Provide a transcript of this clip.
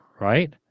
right